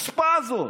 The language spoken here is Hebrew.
החוצפה הזאת?